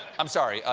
i'm sorry,